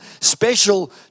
special